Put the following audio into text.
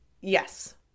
Yes